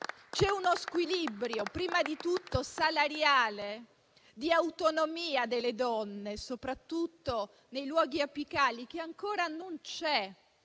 C'è uno squilibrio, prima di tutto salariale e di autonomia delle donne, soprattutto nei luoghi apicali. È uno dei